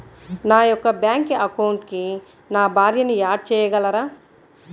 నా యొక్క బ్యాంక్ అకౌంట్కి నా భార్యని యాడ్ చేయగలరా?